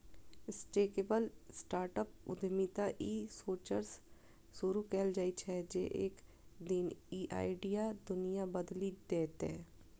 scalable startup उद्यमिता ई सोचसं शुरू कैल जाइ छै, जे एक दिन ई आइडिया दुनिया बदलि देतै